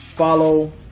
Follow